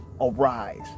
arise